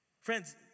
Friends